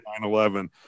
9-11